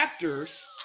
Raptors